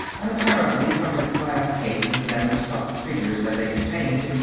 and apparently, from its glass cases and the stuffed figures that they contained,